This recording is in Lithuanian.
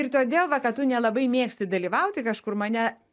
ir todėl va kad tu nelabai mėgsti dalyvauti kažkur mane